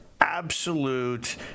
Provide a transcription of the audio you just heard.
absolute